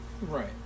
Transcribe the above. Right